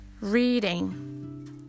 Reading